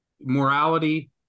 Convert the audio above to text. morality